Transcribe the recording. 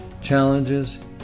challenges